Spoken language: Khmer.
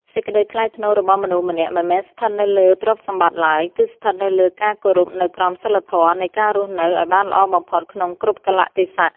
សេចក្តីថ្លៃថ្នូររបស់មនុស្សម្នាក់មិនមែនស្ថិតនៅលើទ្រព្យសម្បត្តិឡើយ គឺ ស្ថិតនៅលើការគោរពនូវក្រមសីលធម៌នៃការរស់នៅឱ្យបានល្អបំផុតក្នុងគ្រប់កាលៈទេសៈ។